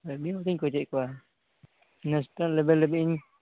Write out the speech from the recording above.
ᱟᱹᱰᱤ ᱫᱤᱱ ᱠᱷᱚᱱᱤᱧ ᱠᱳᱪᱮᱫ ᱠᱚᱣᱟ ᱱᱮᱥᱱᱮᱞ ᱞᱮᱹᱵᱮᱹᱞ ᱦᱟᱹᱵᱤᱡ ᱤᱧ